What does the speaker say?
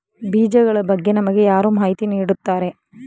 ಬೀಜಗಳ ಬಗ್ಗೆ ನಮಗೆ ಯಾರು ಮಾಹಿತಿ ನೀಡುತ್ತಾರೆ?